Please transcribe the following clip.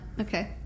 Okay